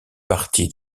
partis